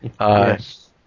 Yes